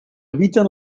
habiten